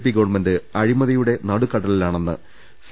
P government അഴി മതിയുടെ നടുക്കടലിലാണെന്ന് സി